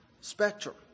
spectrum